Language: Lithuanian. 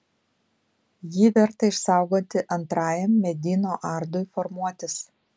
jį verta išsaugoti antrajam medyno ardui formuotis